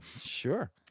Sure